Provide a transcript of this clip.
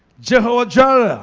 general ledger